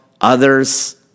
others